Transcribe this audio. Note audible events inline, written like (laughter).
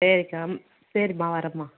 சரி (unintelligible) சரிம்மா வர்றேம்மா